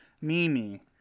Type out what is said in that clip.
Mimi